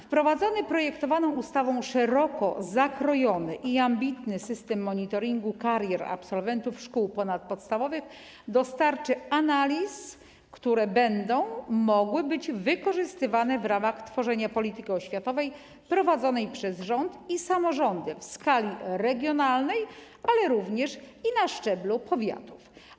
Wprowadzony projektowaną ustawą szeroko zakrojony i ambitny system monitoringu karier absolwentów szkół ponadpodstawowych dostarczy analiz, które będą mogły być wykorzystywane w ramach tworzenia polityki oświatowej prowadzonej przez rząd i samorządy zarówno w skali regionalnej, jak i na szczeblu powiatów.